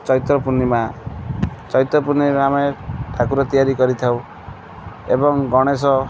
ଚୈତ୍ରପୂର୍ଣ୍ଣିମା ଚଇତ ପୁନେଇଁରେ ଆମେ ଠାକୁର ତିଆରି କରିଥାଉ ଏବଂ ଗଣେଶ